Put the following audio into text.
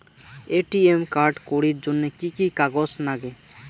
ATM card করির জন্যে কি কি কাগজ নাগে?